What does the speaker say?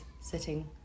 sitting